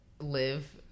live